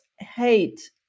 Hate